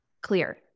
Clear